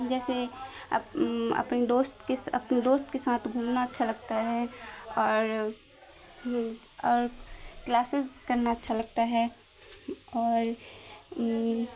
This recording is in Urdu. جیسے اپنے دوست کے اپنے دوست کے سانتھ گھومنا اچھا لگتا ہے اور اور کلاسیز کرنا اچھا لگتا ہے اور